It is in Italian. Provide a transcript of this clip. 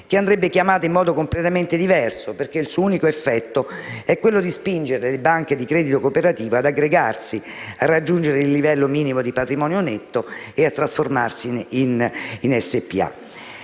che andrebbe chiamata in modo completamente diverso, perché il suo unico effetto è quello di spingere le banche di credito cooperativo ad aggregarsi, a raggiungere il livello minimo di patrimonio netto e a trasformarsi in SpA.